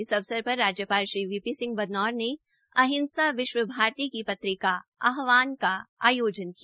इस अवसर पर राज्यपाल श्री वीपी सिंह बदनौर ने अहिंसा विश्व भारती की पत्रिका आहवान का विमोचन किया